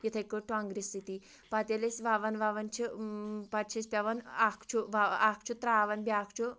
یِتھٕے کٲٹھۍ ٹوٚنٛگرِ سۭتی پَتہٕ ییٚلہِ أسۍ وَوان وَوان چھِ پَتہٕ چھِ أسۍ پٮ۪وان اَکھ چھُ وَ اَکھ چھُ ترٛاوان بیٛاکھ چھُ